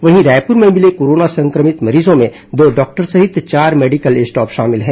वहीं रायपूर में मिले कोरोना संक्रमित मरीजों में दो डॉक्टर सहित चार मेडिकल मेडिकल स्टाफ शामिल हैं